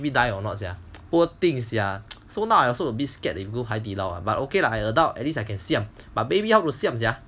baby die or not sia poor thing sia so now I also a bit scared to go 海底捞 but okay lah adult I can siam but baby how to siam sia